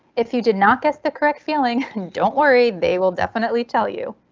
if you did not guess the correct feeling don't worry they will definitely tell you.